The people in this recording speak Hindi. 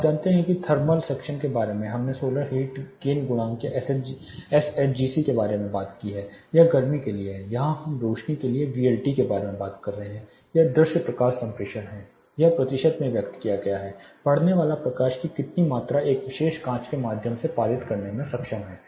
आप जानते हैं कि थर्मल सेक्शन के बारे में हमने सोलर हीट गेन गुणांक या SHGC के बारे में बात की है यह गर्मी के लिए है यहाँ हम रोशनी के लिए VLT के बारे में बात कर रहे हैं यह दृश्य प्रकाश संप्रेषण है यह प्रतिशत में व्यक्त किया गया है पडने वाले प्रकाश की कितनी मात्रा एक विशेष कांच के माध्यम से पारित करने में सक्षम है